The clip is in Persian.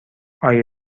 آیا